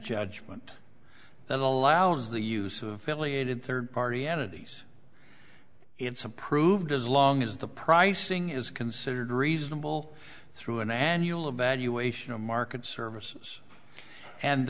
judgment that allows the use of philly and third party entities it's approved as long as the pricing is considered reasonable through an annual evaluation of market services and